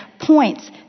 points